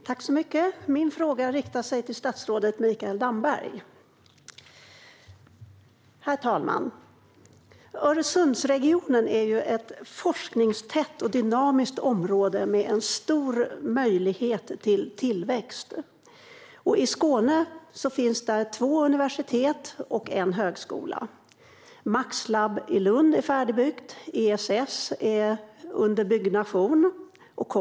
Herr talman! Jag riktar min fråga till statsrådet Mikael Damberg. Öresundsregionen är ett forskningstätt och dynamiskt område med stor möjlighet till tillväxt. I Skåne finns det två universitet och en högskola. Maxlaboratoriet i Lund är färdigbyggt, och ESS är under byggnation.